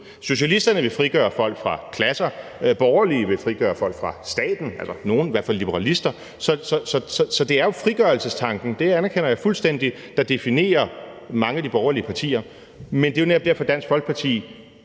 Socialisterne vil frigøre folk fra klasser. Borgerlige vil frigøre folk fra staten, altså nogle, i hvert fald liberalister. Så det er jo frigørelsestanken, det anerkender jeg fuldstændig, der definerer mange af de borgerlige partier, men det er jo netop derfor, at Dansk Folkeparti